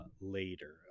later